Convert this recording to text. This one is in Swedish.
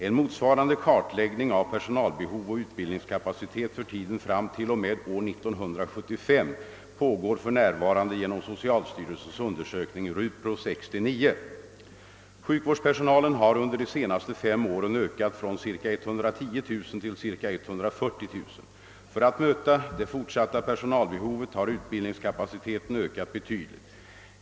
En motsvarande kartläggning av personalbehov och utbildningskapacitet för tiden fram t.o.m. år 1975 pågår för närvarande genom socialstyrelsens undersökning Rupro 69. naste fem åren ökat från cirka 110 000 till cirka 140 000. För att möta det fortsatta personalbehovet har utbildningskapaciteten ökats betydligt.